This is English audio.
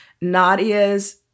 Nadia's